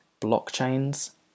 blockchains